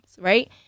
right